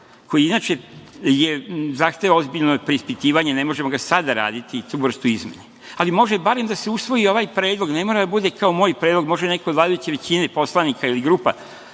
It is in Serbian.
koji inače zahteva ozbiljno preispitivanje, ne možemo ga sada raditi, tu vrstu izmene, ali može barem da se usvoji predlog. Ne mora da bude kao moj predlog, može neko od poslanika vladajuće